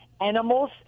animals